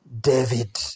David